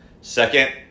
Second